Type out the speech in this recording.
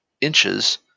inches